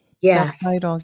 Yes